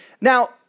Now